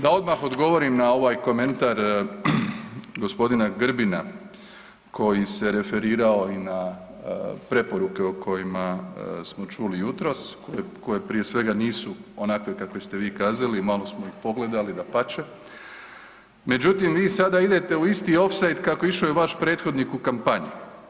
Da odmah odgovorim na ovaj komentar gospodina Grbina koji se referirao i na preporuke o kojima smo čuli jutros, koje prije svega nisu onakve kakve ste vi kazali, malo smo ih pogledali, dapače, međutim vi sada idete u isti ofsajd kako je išao i vaš prethodnik u kampanji.